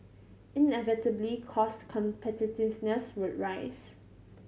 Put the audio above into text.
inevitably cost competitiveness would arise